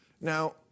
Now